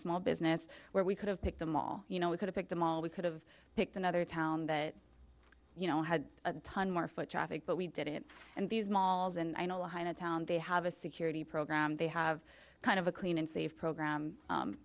small business where we could have picked them all you know we could've picked them all we could've picked another town that you know had a ton more foot traffic but we did it and these malls and i know hina town they have a security program they have kind of a clean and safe program